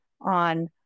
on